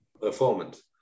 performance